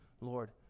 Lord